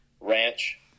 ranch